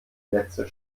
letzte